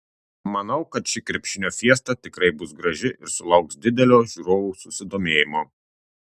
manau kad ši krepšinio fiesta tikrai bus graži ir sulauks didelio žiūrovų susidomėjimo